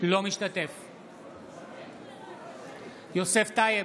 אינו משתתף בהצבעה יוסף טייב,